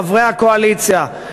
חברי הקואליציה,